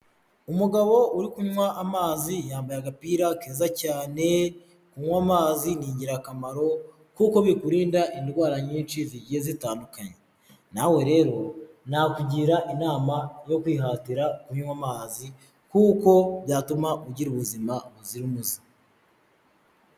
Umugabo uri kunywa amazi yambaye agapira keza cyane, kunywa amazi ni ingirakamaro kuko bikurinda indwara nyinshi zigiye zitandukanye, na we rero nakugira inama yo kwihatira kunywa amazi kuko byatuma ugira ubuzima buzira umuze.